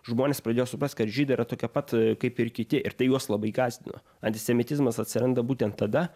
žmonės pradėjo suprast kad žydai yra tokie pat kaip ir kiti ir tai juos labai gąsdino antisemitizmas atsiranda būtent tada